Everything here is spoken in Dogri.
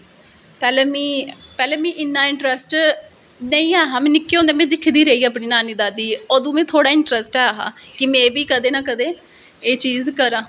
पैह्लें मीं इन्ना इंट्रस्ट नेंई ऐहा पैह्लैं में दिखदी रेही नानी दादी गी अदूं मिगी तोह्ड़ा इंट्रस्ट ऐहा हा कि में बी कदैं ना कदैं एह् चीज़ करां